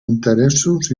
interessos